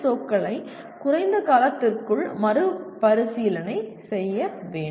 ஓக்களை குறைந்த காலத்திற்குள் மறுபரிசீலனை செய்ய வேண்டும்